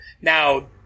Now